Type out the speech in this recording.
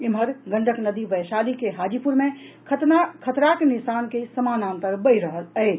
एम्हर गंडक नदी वैशाली के हाजीपुर मे खतराक निशान के समानांतर बहि रहल अछि